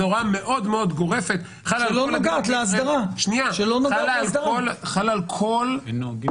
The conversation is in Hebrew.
זאת הוראה מאוד גורפת שחלה על כל -- שלא נוגעת לאסדרה.